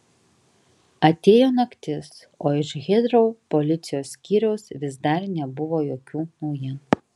atėjo naktis o iš hitrou policijos skyriaus vis dar nebuvo jokių naujienų